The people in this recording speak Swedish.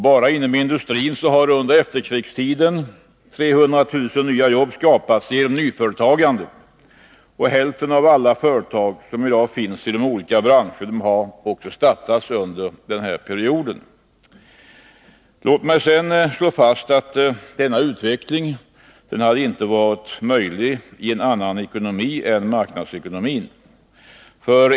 Bara inom industrin har under efterkrigstiden 300 000 jobb skapats genom nyföretagande. Hälften av alla företag som i dag finns inom olika branscher har startats under denna period. Låt mig sedan slå fast att denna utveckling inte hade varit möjlig i en annan ekonomi än marknadsekonomin!